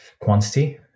quantity